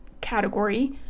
category